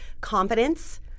competence